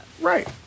Right